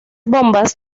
bombas